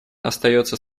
остается